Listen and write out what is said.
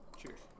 Cheers